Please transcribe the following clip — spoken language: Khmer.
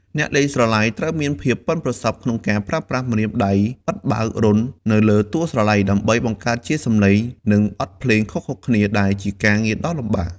អ្នកលេងស្រឡៃត្រូវមានភាពប៉ិនប្រសប់ក្នុងការប្រើប្រាស់ម្រាមដៃបិទបើករន្ធនៅលើតួស្រឡៃដើម្បីបង្កើតជាសំឡេង និងបទភ្លេងខុសៗគ្នា ដែលជាការងារដ៏លំបាក។